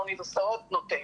והאוניברסיטאות בנינו ובנותינו.